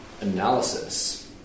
analysis